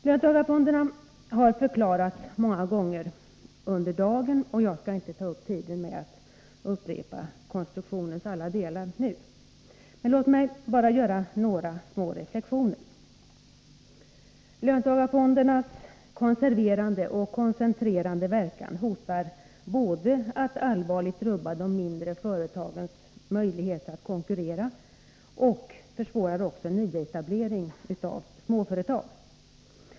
Löntagarfonderna har förklarats många gånger under dagen, och jag skall inte ta upp tiden med att upprepa konstruktionens alla delar. Låt mig bara göra några små reflexioner. Löntagarfondernas konserverande och koncentrerande verkan hotar både att allvarligt rubba de mindre företagens möjligheter att konkurrera och försvårar nyetablering av småföretag.